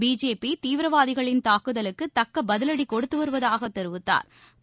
BJP தீவிரவாதிகளின் தாக்குதலுக்குதக்கபதிலடிகொடுத்துவருவதாகதெரிவித்தாா்